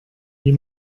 die